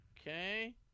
Okay